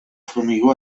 formigó